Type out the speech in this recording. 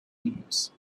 news